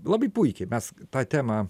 labai puikiai mes tą temą